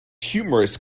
humorous